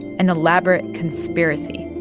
an elaborate conspiracy